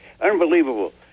Unbelievable